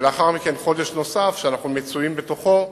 ולאחר מכן חודש נוסף, שאנחנו מצויים בתוכו,